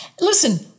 listen